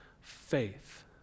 faith